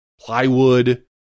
plywood